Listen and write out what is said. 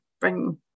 bring